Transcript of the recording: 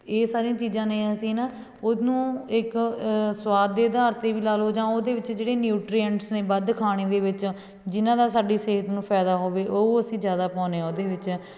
ਇਹ ਸਾਰੀਆਂ ਚੀਜ਼ਾਂ ਨੇ ਅਸੀਂ ਹੈ ਨਾ ਉਹਨੂੰ ਇੱਕ ਸਵਾਦ ਦੇ ਅਧਾਰ 'ਤੇ ਵੀ ਲਗਾ ਲੋ ਜਾਂ ਉਹਦੇ ਵਿੱਚ ਜਿਹੜੇ ਨਿਊਟਰੀਐਂਟਸ ਨੇ ਵੱਧ ਖਾਣੇ ਦੇ ਵਿੱਚ ਜਿਨਾਂ ਦਾ ਸਾਡੀ ਸਿਹਤ ਨੂੰ ਫਾਇਦਾ ਹੋਵੇ ਉਹ ਅਸੀਂ ਜ਼ਿਆਦਾ ਪਾਉਦੇ ਆ ਉਹਦੇ ਵਿੱਚ